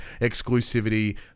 exclusivity